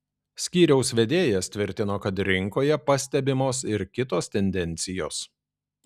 skyriaus vedėjas tvirtino kad rinkoje pastebimos ir kitos tendencijos